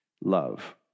love